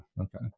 Okay